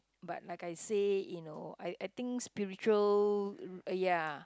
but like I say you know I I think spiritual r~ ya